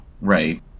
right